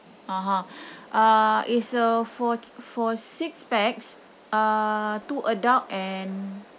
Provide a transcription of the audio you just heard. (uh huh) uh it's uh for for six pax uh two adult and